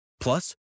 Plus